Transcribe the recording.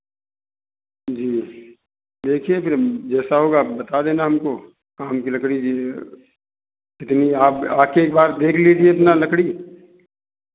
जी देखिए फिर हम जैसा होगा आप बता देना हमको आम की लकड़ी जी कितनी आप आके एक बार देख लीजिए अपना लकड़ी